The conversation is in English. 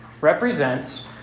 represents